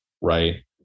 right